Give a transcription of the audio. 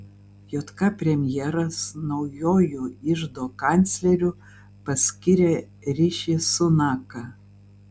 jk premjeras naujuoju iždo kancleriu paskyrė riši sunaką